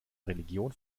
religion